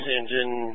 engine